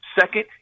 Second